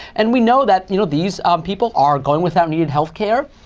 and we know that you know these people are going without needed health care,